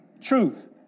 Truth